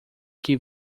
que